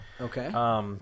Okay